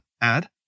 add